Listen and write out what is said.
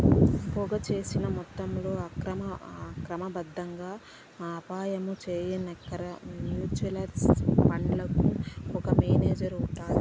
పోగు సేసిన మొత్తంలో క్రమబద్ధంగా యాపారం సేయడాన్కి మ్యూచువల్ ఫండుకు ఒక మేనేజరు ఉంటాడు